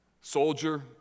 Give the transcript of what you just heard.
soldier